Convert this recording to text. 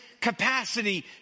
capacity